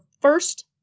first